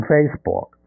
Facebook